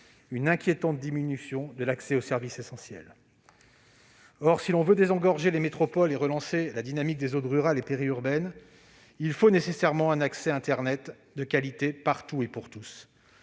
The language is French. une inquiétante diminution de l'accès aux services essentiels. Or, si l'on veut désengorger les métropoles et relancer la dynamique des zones rurales et périurbaines, il faut nécessairement un accès internet de qualité partout et pour tous.